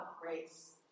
grace